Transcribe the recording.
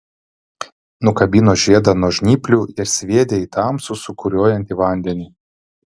nukabino žiedą nuo žnyplių ir sviedė į tamsų sūkuriuojantį vandenį